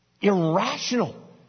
irrational